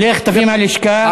לך תביא מהלשכה, אנחנו נחכה לך.